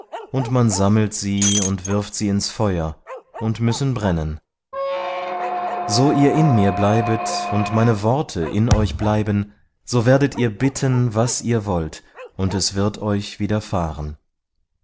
und man sammelt sie und wirft sie ins feuer und müssen brennen so ihr in mir bleibet und meine worte in euch bleiben so werdet ihr bitten was ihr wollt und es wird euch